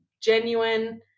genuine